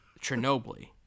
chernobyl